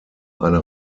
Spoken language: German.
eine